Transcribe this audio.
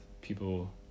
people